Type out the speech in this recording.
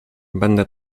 będę